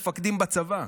מפקדים בצבא,